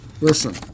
Listen